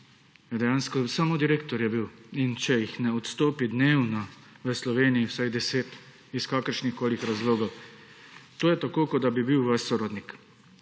dejansko samo direktor je bil in če jih ne odstopi dnevno v Slovenijo vsaj 10 iz kakršnihkoli razlogov, to je tako kot da bi bil vaš sorodnik